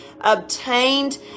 obtained